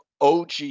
OG